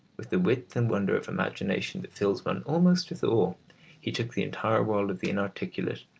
with a width and wonder of imagination that fills one almost with awe, he took the entire world of the inarticulate,